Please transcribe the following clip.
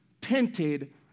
painted